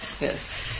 Yes